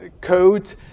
code